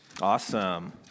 Awesome